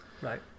Right